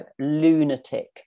lunatic